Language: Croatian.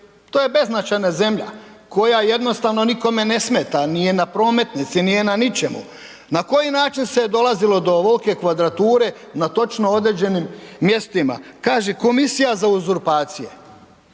to je beznačajna zemlja koja jednostavno nikome ne smeta, nije na prometnici, nije na ničemu. Na koji način se je dolazilo do ovolike kvadrature na točno određenim mjestima, kaže komisija za uzurpacije.